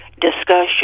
discussion